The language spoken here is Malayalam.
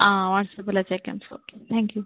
ആ വാട്ട്സ്ആപ്പിൽ അയച്ചേക്കാം ഇറ്റ്സ് ഓക്കെ താങ്ക് യു